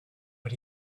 but